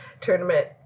tournament